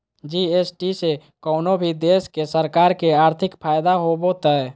GST से कउनो भी देश के सरकार के आर्थिक फायदा होबो हय